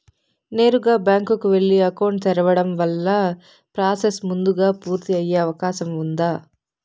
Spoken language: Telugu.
నేరుగా బ్యాంకు కు వెళ్లి అకౌంట్ తెరవడం వల్ల ప్రాసెస్ ముందుగా పూర్తి అయ్యే అవకాశం ఉందా?